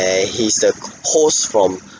and he's the host from